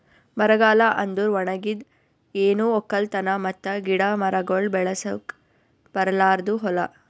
ಬರಗಾಲ ಅಂದುರ್ ಒಣಗಿದ್, ಏನು ಒಕ್ಕಲತನ ಮತ್ತ ಗಿಡ ಮರಗೊಳ್ ಬೆಳಸುಕ್ ಬರಲಾರ್ದು ಹೂಲಾ